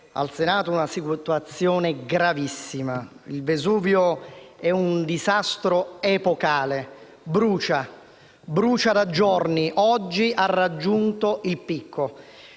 al Senato una situazione gravissima: sul Vesuvio è in corso un disastro epocale; brucia da giorni. Oggi ha raggiunto il picco: